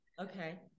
Okay